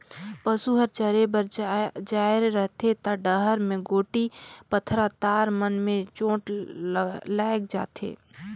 पसू हर चरे बर जाये रहथे त डहर के गोटी, पथरा, तार मन में चोट लायग जाथे